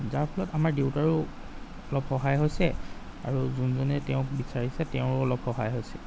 যাৰ ফলত আমাৰ দেউতাৰো অলপ সহায় হৈছে আৰু যোনজনে তেওঁক বিচাৰিছে তেওঁৰো অলপ সহায় হৈছে